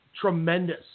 Tremendous